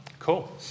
Cool